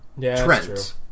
Trent